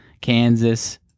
Kansas